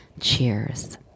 cheers